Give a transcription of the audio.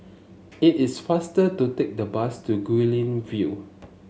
it is faster to take the bus to Guilin View